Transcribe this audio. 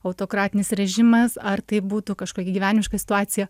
autokratinis režimas ar tai būtų kažkokia gyvenimiška situacija